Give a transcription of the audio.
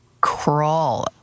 crawl